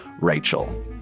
Rachel